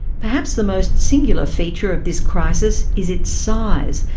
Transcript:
perhaps the most singular feature of this crisis is its size,